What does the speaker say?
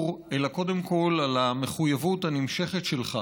אלא קודם כול על המחויבות הנמשכת שלך